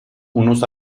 unos